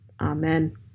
Amen